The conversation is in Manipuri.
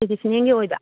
ꯇ꯭ꯔꯦꯗꯤꯁꯅꯦꯜꯒꯤ ꯑꯣꯏꯕ